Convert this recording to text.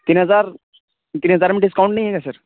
تین ہزار تین ہزار میں ڈسکاؤنٹ نہیں ہے کیا سر